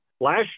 Last